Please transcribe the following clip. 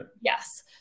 Yes